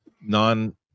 non